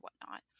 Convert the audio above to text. whatnot